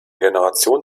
generation